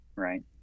Right